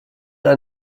ein